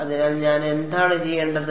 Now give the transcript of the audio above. അതിനാൽ ഞാൻ എന്താണ് ചെയ്യേണ്ടത്